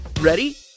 Ready